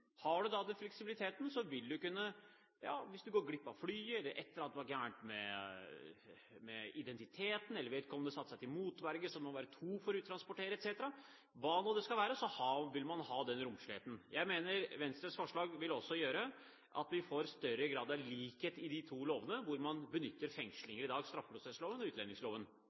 Har man fleksibiliteten, vil man kunne – hvis man går glipp av flyet, eller et eller annet var galt med identiteten, eller vedkommende satte seg til motverge så man må være to for å uttransportere etc., hva det skal være – ha den romsligheten. Jeg mener Venstres forslag også vil gjøre at vi får større grad av likhet i de to lovene hvor man benytter fengsling i dag, straffeprosessloven og utlendingsloven.